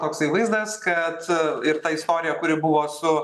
toksai vaizdas kad ir ta istorija kuri buvo su